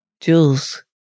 Jules